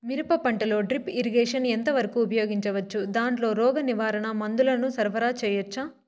మిరప పంటలో drip irrigation ఎంత వరకు ఉపయోగించవచ్చు, దాంట్లో రోగ నివారణ మందుల ను సరఫరా చేయవచ్చా?